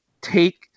take